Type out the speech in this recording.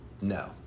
No